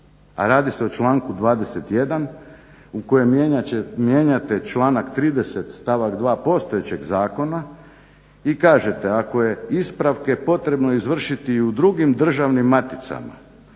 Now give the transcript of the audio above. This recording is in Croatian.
a radi se o članku 21. u kojem mijenjate članak 30. stavak 2. postojećeg zakona i kažete "ako je ispravke potrebno izvršiti i u drugim državnim maticama